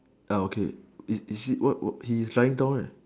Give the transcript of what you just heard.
ya okay he is trying down right